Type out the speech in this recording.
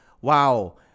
wow